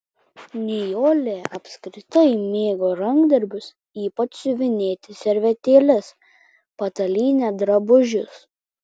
nijolė apskritai mėgo rankdarbius ypač siuvinėti servetėles patalynę drabužius